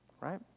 right